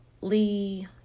Lee